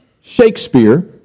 Shakespeare